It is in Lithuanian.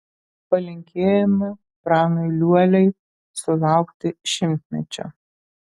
palinkėjome pranui liuoliai sulaukti šimtmečio